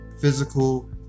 physical